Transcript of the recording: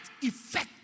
effect